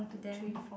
then